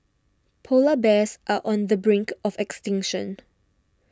Polar Bears are on the brink of extinction